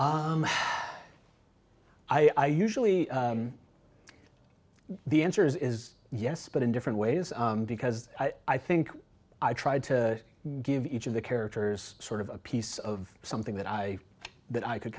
will i usually the answer is yes but in different ways because i think i tried to give each of the characters sort of a piece of something that i that i could